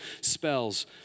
spells